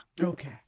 Okay